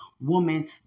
woman